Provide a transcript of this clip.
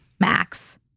Max